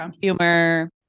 humor